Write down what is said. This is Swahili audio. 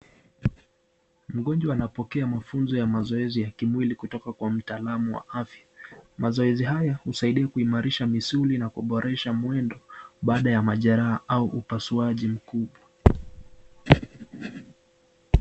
Mgonjwa anapokea mafunzo ya mazoezi ya kimwili kutoka kwa mtaalamu wa afya. Mazoezi haya husaidia kuimarisha misuli na kuboresha mwendo baada ya majeraha au upasuaji mkubwa.